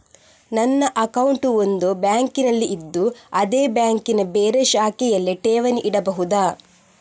ನನ್ನ ಅಕೌಂಟ್ ಒಂದು ಬ್ಯಾಂಕಿನಲ್ಲಿ ಇದ್ದು ಅದೇ ಬ್ಯಾಂಕಿನ ಬೇರೆ ಶಾಖೆಗಳಲ್ಲಿ ಠೇವಣಿ ಇಡಬಹುದಾ?